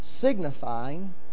signifying